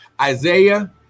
Isaiah